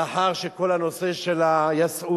לאחר שכל הנושא של ה"יסעורים",